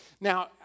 Now